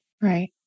Right